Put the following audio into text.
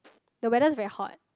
the weather is very hot